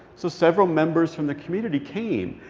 so several members from the community came,